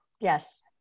Yes